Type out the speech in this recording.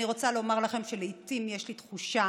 אני רוצה לומר לכם שלעיתים יש לי תחושה